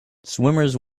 swimmers